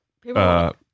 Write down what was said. people